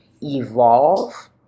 evolve